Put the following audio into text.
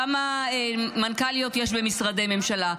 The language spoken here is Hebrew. כמה מנכ"ליות יש במשרדי ממשלה?